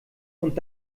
und